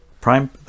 prime